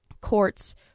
courts